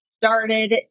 Started